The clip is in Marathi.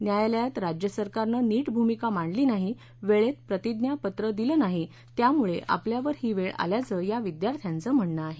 न्यायालयात राज्य सरकारनं नीट भूमिका मांडली नाही वेळेत प्रतिज्ञापत्र दिलं नाही त्यामुळे आपल्यावर ही वेळ आल्याचं या विद्यार्थ्यांचं म्हणणं आहे